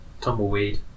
tumbleweed